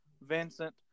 Vincent